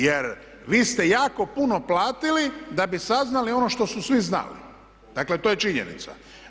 Jer vi ste jako puno platili da bi saznali ono što su svi znali, dakle to je činjenica.